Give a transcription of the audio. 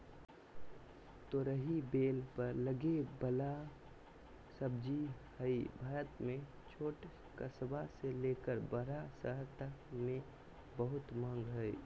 तोरई बेल पर लगे वला सब्जी हई, भारत में छोट कस्बा से लेकर बड़ा शहर तक मे बहुत मांग हई